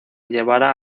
llevara